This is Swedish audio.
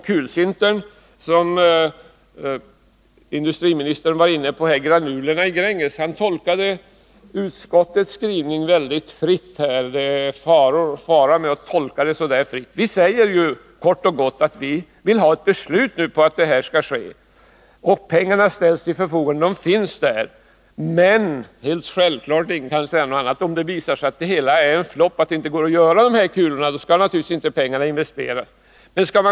Industriministern var inne på frågan om granultillverkning i Grängesberg. Jag måste säga att det är faror med att tolka utskottets skrivning så fritt som han gjorde. Vi säger ju kort och gott att vi vill ha ett investeringsbeslut nu. Om det visar sig att projektet är en flopp, att det inte går att göra kulorna, då skall självklart inte pengarna investeras.